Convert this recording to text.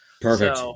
Perfect